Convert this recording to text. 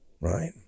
right